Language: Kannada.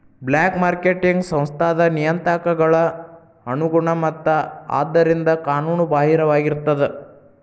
ಬ್ಲ್ಯಾಕ್ ಮಾರ್ಕೆಟಿಂಗ್ ಸಂಸ್ಥಾದ್ ನಿಯತಾಂಕಗಳ ಅನುಗುಣ ಮತ್ತ ಆದ್ದರಿಂದ ಕಾನೂನು ಬಾಹಿರವಾಗಿರ್ತದ